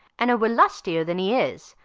an'a were lustier than he is,